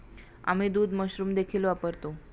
आम्ही दूध मशरूम देखील वापरतो